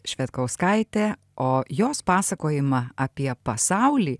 švedkauskaitė o jos pasakojimą apie pasaulį